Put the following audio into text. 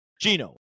Gino